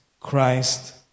Christ